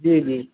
जी जी